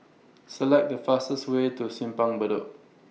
Select The fastest Way to Simpang Bedok